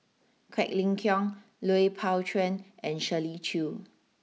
Quek Ling Kiong Lui Pao Chuen and Shirley Chew